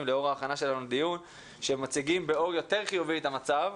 לאור ההכנה שלנו לדיון שמציגים באור יותר חיובי את המצב,